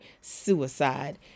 suicide